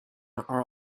are